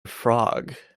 frog